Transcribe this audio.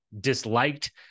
disliked